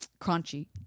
crunchy